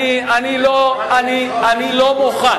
אני לא מוכן.